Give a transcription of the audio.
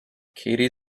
katie